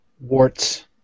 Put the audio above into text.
warts